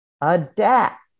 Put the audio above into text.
adapt